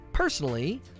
Personally